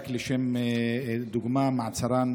רק לשם דוגמה: מעצרן